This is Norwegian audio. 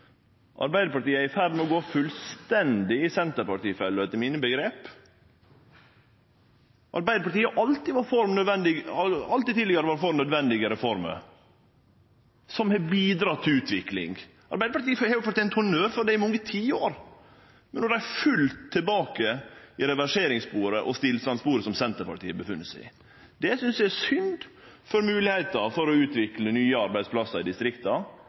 Arbeidarpartiet er i ferd med å gå fullstendig i Senterparti-fella, etter mine omgrep. Arbeidarpartiet har alltid tidlegare vore for nødvendige reformer som har bidrege til utvikling. Arbeidarpartiet har fortent honnør for det i mange tiår, men no er dei fullt tilbake i det reverseringssporet og stillstandssporet som Senterpartiet er i. Det synest eg er synd for moglegheita til å utvikle nye arbeidsplassar i distrikta.